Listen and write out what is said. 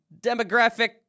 demographic